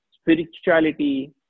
spirituality